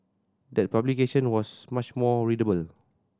that publication was much more readable